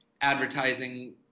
advertising